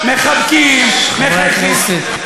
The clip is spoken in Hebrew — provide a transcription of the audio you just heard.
חבר הכנסת,